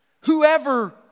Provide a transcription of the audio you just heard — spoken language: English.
Whoever